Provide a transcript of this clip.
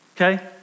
Okay